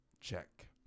check